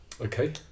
Okay